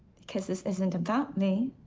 because this isn't about me.